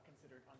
considered